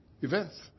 events